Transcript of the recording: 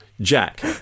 Jack